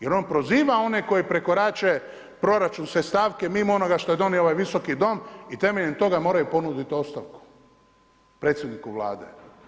Jer on proziva one koji prekorače proračunske stavke mimo onoga što je donio ovaj Visoki dom i temeljem toga moraju ponuditi ostavku predsjedniku Vlade.